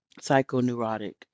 psychoneurotic